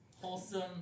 wholesome